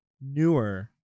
newer